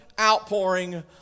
outpouring